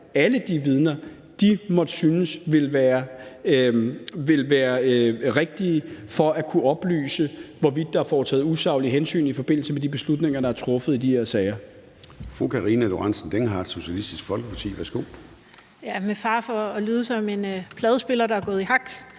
alle de vidner, de måtte synes ville være rigtige for at kunne oplyse, hvorvidt der er foretaget usaglige hensyn i forbindelse med de beslutninger, der er truffet i de her sager. Kl. 13:25 Formanden (Søren Gade): Fru Karina Lorentzen Dehnhardt, Socialistisk Folkeparti. Værsgo. Kl. 13:25 Karina Lorentzen Dehnhardt (SF): Med fare for at lyde som en pladespiller, der er gået i hak,